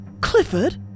Clifford